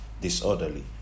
disorderly